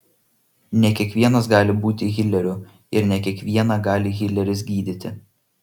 ne kiekvienas gali būti hileriu ir ne kiekvieną gali hileris gydyti